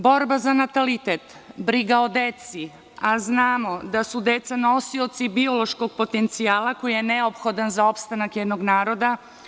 Borba za natalitet, briga o deci, a znamo da su deca nosioci biološkog potencijala koji je neophodan za opstanak jednog naroda.